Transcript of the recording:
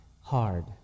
hard